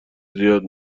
زیاد